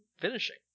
finishing